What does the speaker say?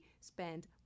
spend